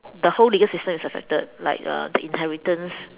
the whole legal system is affected like uh the inheritance